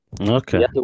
Okay